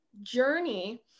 journey